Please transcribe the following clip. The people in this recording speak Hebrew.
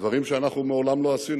דברים שאנחנו מעולם לא עשינו,